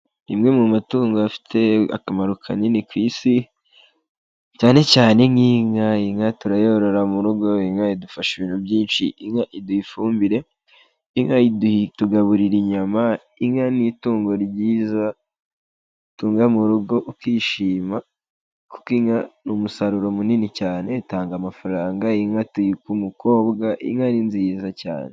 Rimwe mu matungo afite akamaro kanini ku isi cyane cyane nk'inka, inka turayorora mu rugoka idufasha ibintu byinshi, inka iduha ifumbire, inka itugaburira inyama, inka ni itungo ryiza utunga mu rugo ukishima, kuko inka ni umusaruro munini cyane, itanga amafaranga, inka tuyikwa umukobwa, inka ni nziza cyane.